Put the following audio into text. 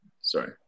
Sorry